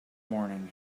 morning